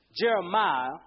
Jeremiah